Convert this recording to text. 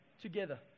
Together